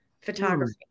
photography